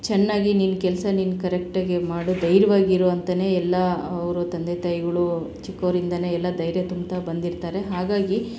ಚೆನ್ನಾಗಿ ನಿನ್ನ ಕೆಲಸ ನೀನು ಕರೆಕ್ಟ್ ಆಗೇ ಮಾಡು ಧೈರ್ಯ್ವಾಗಿ ಇರು ಅಂತನೇ ಎಲ್ಲ ಅವ್ರ ತಂದೆ ತಾಯಿಗಳು ಚಿಕ್ಕೋರಿಂದನೇ ಎಲ್ಲ ಧೈರ್ಯ ತುಂಬುತ್ತಾ ಬಂದಿರ್ತಾರೆ ಹಾಗಾಗಿ